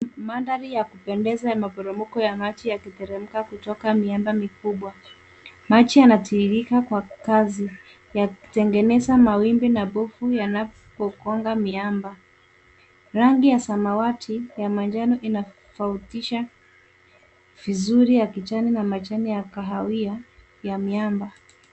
Mandhari ya kupendeza ya maporomoko ya maji yakiteremka kutoka miamba mikubwa, maji yanatiririka kwa kasi yakitengeneza mawimbi na mabofu yanapo gonga miamba, rangi ya samawati ya manjano inafautisha vizuri ya kijani na majani ya kahawia.